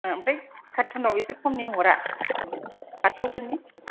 ओमफ्राय कारटुनाव इसे खमनि हरा आदस' फोरनि